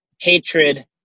hatred